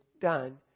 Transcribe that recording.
done